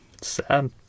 Sad